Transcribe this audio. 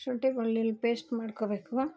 ಶುಂಠಿ ಬೆಳ್ಳುಳ್ಳಿ ಪೇಶ್ಟ್ ಮಾಡ್ಕೋಬೇಕು